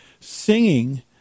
singing